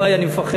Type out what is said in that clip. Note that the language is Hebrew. וואי, אני מפחד.